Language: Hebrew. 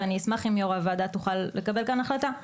ואני אשמח אם יו"ר הוועדה תוכל לקבל כאן החלטה.